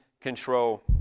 control